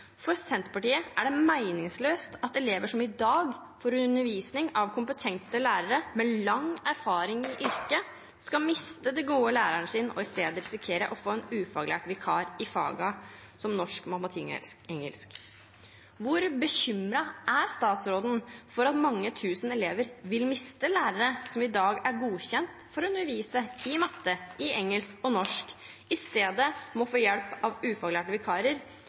For Senterpartiet er det meningsløst at elever som i dag får undervisning av kompetente lærere med lang erfaring i yrket, skal miste den gode læreren sin og i stedet risikerer å få en ufaglært vikar i fagene norsk, matematikk og engelsk. Hvor bekymret er statsråden for at mange tusen elever vil miste lærere som i dag er godkjent for å undervise i matte, engelsk og norsk, og i stedet må få hjelp av ufaglærte vikarer